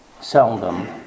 seldom